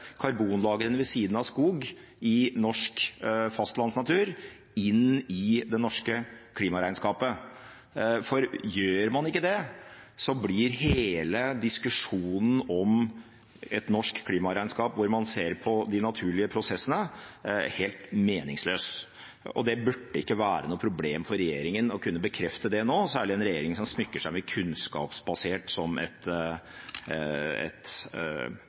karbonlagrene, ved siden av skog, i norsk fastlandsnatur, inn i det norske klimaregnskapet. For gjør man ikke det, blir hele diskusjonen om et norsk klimaregnskap, hvor man ser på de naturlige prosessene, helt meningsløs. Og det burde ikke være noe problem for regjeringen å kunne bekrefte det nå – særlig ikke en regjering som smykker seg med «kunnskapsbasert» som et